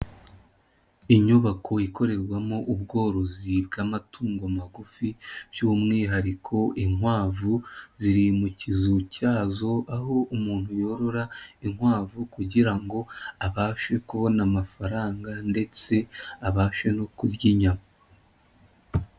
Inyubako ikorerwamo ubworozi bw'amatungo magufi, by'umwihariko inkwavu, ziri mu kizu cyazo, aho umuntu yorora inkwavu kugira ngo abashe kubona amafaranga ndetse abashe no kurya inyama.